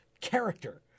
Character